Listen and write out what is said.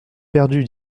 perdu